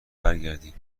برگردین